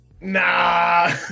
nah